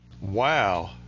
Wow